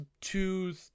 two